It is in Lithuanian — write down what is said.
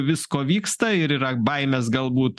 visko vyksta ir yra baimės galbūt